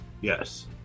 Yes